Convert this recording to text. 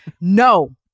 No